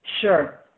Sure